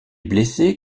blessée